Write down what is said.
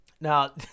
Now